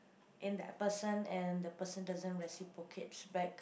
in that person and the person doesn't reciprocates back